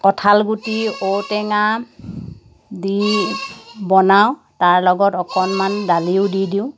কঁঠাল গুটি ঔটেঙা দি বনাওঁ তাৰ লগত অকণমান ডালিও দি দিওঁ